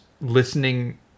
listening